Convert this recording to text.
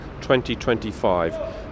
2025